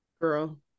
girl